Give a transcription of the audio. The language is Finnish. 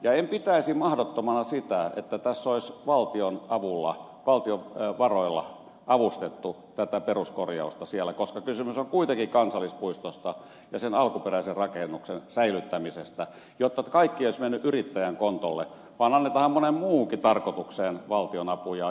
en pitäisi mahdottomana sitä että tässä olisi valtion varoilla avustettu tätä peruskorjausta siellä koska kysymys on kuitenkin kansallispuistosta ja sen alkuperäisen rakennuksen säilyttämisestä jotta kaikki ei olisi mennyt yrittäjän kontolle vaan annetaanhan moneen muuhunkin tarkoitukseen valtionapuja